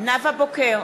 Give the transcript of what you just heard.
נאוה בוקר,